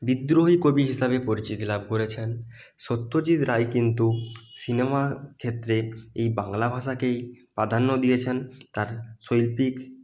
বিদ্রোহী কবি হিসাবে পরিচিতি লাভ করেছেন সত্যজিৎ রায় কিন্তু সিনেমা ক্ষেত্রে এই বাংলা ভাষাকেই প্রাধান্য দিয়েছেন তার শৈল্পিক